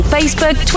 Facebook